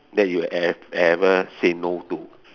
that you e~ ever say no to